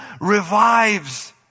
revives